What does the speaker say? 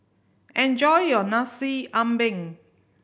enjoy your Nasi Ambeng